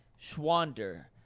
Schwander